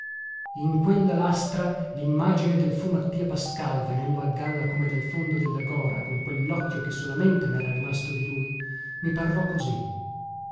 in quella lastra limmagine del fu mattia pascal venendo a galla come dal fondo della gora con quellocchio che solamente mera rimasto di lui mi parlò così